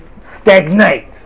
stagnate